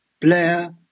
Blair